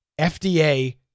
FDA